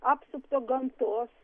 apsupto gamtos